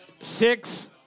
Six